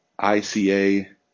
ICA